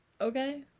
Okay